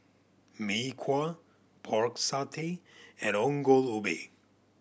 Mee Kuah Pork Satay and Ongol Ubi